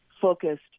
focused